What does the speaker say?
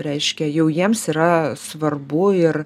reiškia jau jiems yra svarbu ir